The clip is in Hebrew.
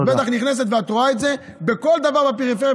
את בטח נכנסת ואת רואה את זה בכל דבר בפריפריה.